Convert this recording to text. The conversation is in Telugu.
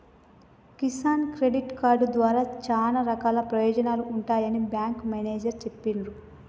కిసాన్ క్రెడిట్ కార్డు ద్వారా చానా రకాల ప్రయోజనాలు ఉంటాయని బేంకు మేనేజరు చెప్పిన్రు